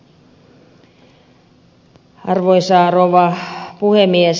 arvoisa rouva puhemies